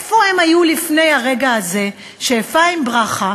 איפה הם היו לפני הרגע הזה שאפרים ברכה,